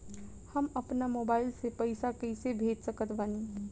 हम अपना मोबाइल से पैसा कैसे भेज सकत बानी?